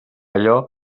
allò